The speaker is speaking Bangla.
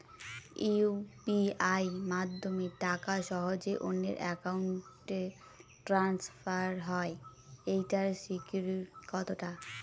ইউ.পি.আই মাধ্যমে টাকা সহজেই অন্যের অ্যাকাউন্ট ই ট্রান্সফার হয় এইটার সিকিউর কত টা?